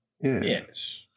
yes